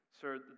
sir